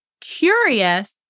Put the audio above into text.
curious